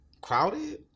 crowded